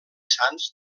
sants